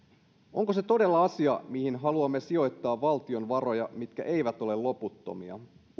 onko se todella asia mihin haluamme sijoittaa valtion varoja mitkä eivät ole loputtomia